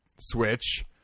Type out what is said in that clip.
switch